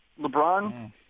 LeBron